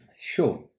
Sure